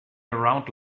around